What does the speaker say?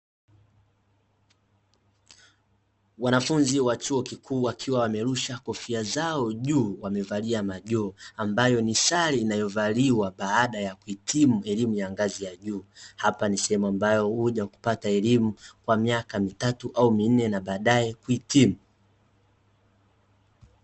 Wanafunzi wa chuo kikuu wakiwa wamerusha kofia zao juu wamevalia majoho ambayo ni sare inayovaliwa baada ya kuhitimu elimu ngazi ya juu, hapa ni sehemu ambayo huja kupata elimu kwa miaka mitatu au minne na badae kuhitimu.